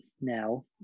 now